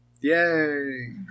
Yay